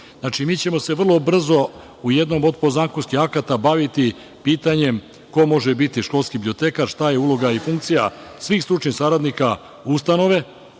Znači, mi ćemo se vrlo brzo u jednom od podzakonskih akata baviti pitanjem ko može biti školski bibliotekar, šta je uloga u funkcija svih stručnih saradnika ustanove